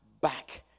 back